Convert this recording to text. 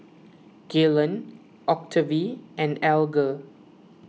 Gaylon Octavie and Alger